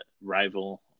rival